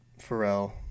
Pharrell